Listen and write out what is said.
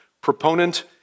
proponent